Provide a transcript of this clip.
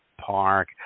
park